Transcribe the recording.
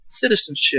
Citizenship